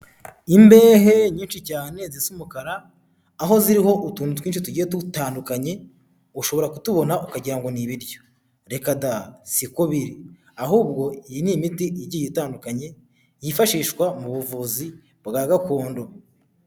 Imbehe nyinshi cyane zisa umukara, aho ziriho utuntu twinshi tugiye dutandukanye, ushobora kutubona ukagira ngo ni ibiryo. Reka da! Si ko biri ahubwo iyi ni imiti igiye itandukanye, yifashishwa mu buvuzi bwa gakondo.